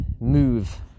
move